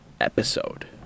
episode